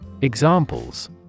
Examples